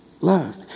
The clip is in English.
Loved